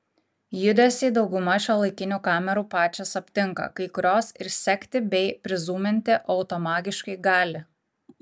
judesį dauguma šiuolaikinių kamerų pačios aptinka kai kurios ir sekti bei prizūminti automagiškai gali